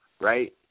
right